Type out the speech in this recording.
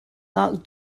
nak